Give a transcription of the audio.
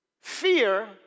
fear